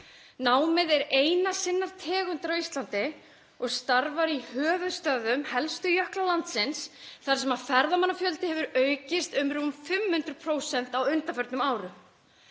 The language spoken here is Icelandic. Námið er hið eina sinnar tegundar á Íslandi og starfar í höfuðstöðvum helstu jökla landsins þar sem ferðamannafjöldi hefur aukist um rúm 500% á undanförnum árum.